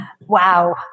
Wow